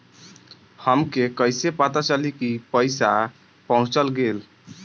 हमके कईसे पता चली कि पैसा पहुच गेल?